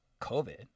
COVID